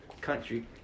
Country